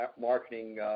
marketing